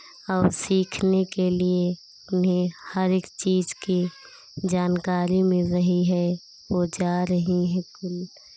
और सीखने के लिए उन्हें हर एक चीज़ की जानकारी मिल रही है वो जा रही है घूम